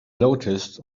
noticed